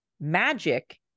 magic